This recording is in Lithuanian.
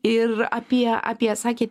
ir apie apie sakėt